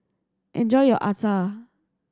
enjoy your Acar